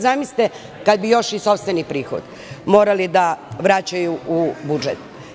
Zamislite kada bi još i sopstveni prihod morali da vraćaju u budžet.